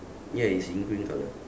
ya it's in green colour